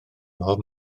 mhob